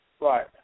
Right